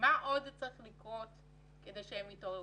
מה עוד צריך לקרות כדי שהם יתעוררו?